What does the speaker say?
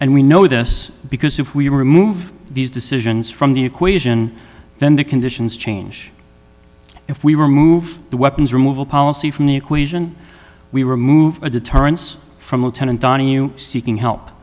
and we know this because if we remove these decisions from the equation then the conditions change if we remove the weapons removal policy from the equation we remove a deterrence from lieutenant dan you seeking help